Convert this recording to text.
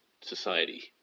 society